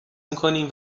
میکنیم